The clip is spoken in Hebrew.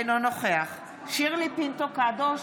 אינו נוכח שירלי פינטו קדוש,